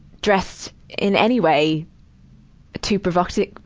dressed in any way too provocative,